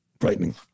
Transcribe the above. frightening